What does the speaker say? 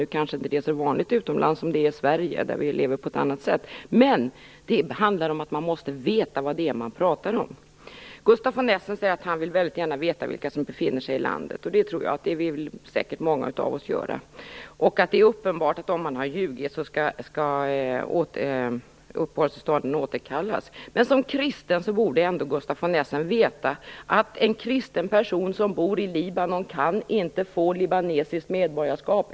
Nu kanske inte det är lika vanligt utomlands som i Sverige, där vi lever på ett annat sätt, men det handlar om att man måste veta vad det är man talar om. Gustaf von Essen säger att han gärna vill veta vilka som befinner sig i landet, och det vill säkert många av oss göra. Han säger också att det är uppenbart att uppehållstillståndet skall återkallas om man har ljugit. Men som kristen borde Gustaf von Essen veta att en kristen person som bor i Libanon inte kan få libanesiskt medborgarskap.